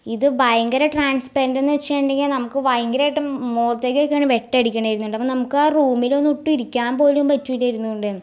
ഇത് ഭയങ്കര ട്രാൻസ്പെരൻറ്റെന്ന് വച്ചിട്ടുണ്ടെങ്കിൽ നമുക്ക് ഭയങ്കരമായിട്ട് മുഖത്തോട്ടൊക്കെ വെട്ടം അടിക്കുമായിരുന്നു അപ്പോൾ നമുക്ക് ആ റൂമിൽ ഒന്നും ഒട്ടും ഇരിക്കാൻ പോലും പറ്റിലാതെ ഉണ്ടായിരുന്നു